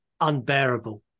unbearable